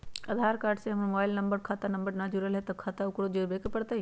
आधार card से हमर mobile number न जुरल है त बचत खाता खुलवा ला उकरो जुड़बे के पड़तई?